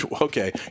okay